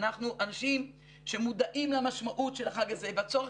ואנחנו אנשים שמודעים למשמעות של החג הזה והצורך